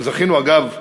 גם זכינו, אגב,